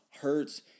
Hurts –